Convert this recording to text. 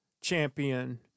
champion